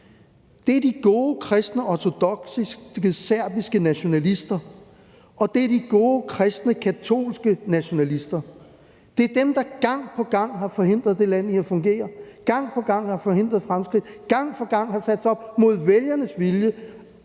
Det er de gode, kristne, ortodokse, serbiske nationalister, og det er de gode, kristne, katolske nationalister. Det er dem, der gang på gang har forhindret det land i at fungere, gang på gang har forhindret fremskridt, gang på gang har sat sig op imod vælgernes vilje